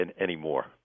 Anymore